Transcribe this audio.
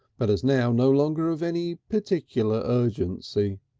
but as now no longer of any particular urgency.